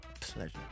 pleasure